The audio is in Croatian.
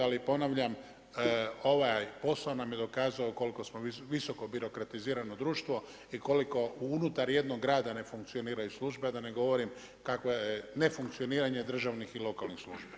Ali ponavljam, ovaj posao nam je dokazao koliko smo visoko birokratizirano društvo i koliko unutar jednog rada ne funkcioniraju službe, a da ne govorim kakvo je nefunkcioniranje državnih i lokalnih službi.